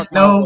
no